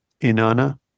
Inanna